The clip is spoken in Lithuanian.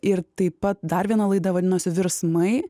ir taip pat dar viena laida vadinosi virsmai